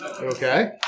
Okay